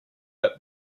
but